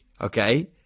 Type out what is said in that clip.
okay